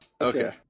Okay